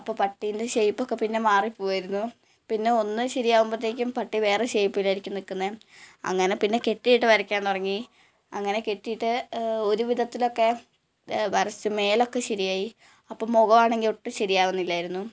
അപ്പം പട്ടീൻ്റെ ഷേപ്പ് ഒക്കെ പിന്നെ മാറിപ്പോയിരുന്നു പിന്നെ ഒന്ന് ശരിയാകുമ്പോഴത്തേക്കും പട്ടി വേറെ ഷേപ്പിലായിരിക്കും നിൽക്കുന്നത് അങ്ങനെ പിന്നെ കെട്ടിയിട്ട് വരയ്ക്കാൻ തുടങ്ങി അങ്ങനെ കെട്ടിയിട്ട് ഒരു വിധത്തിലൊക്കെ വരച്ച് മേലൊക്കെ ശരിയായി അപ്പം മുഖം ആണെങ്കിൽ ഒട്ടും ശരിയാകുന്നില്ലായിരുന്നു